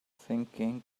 thinking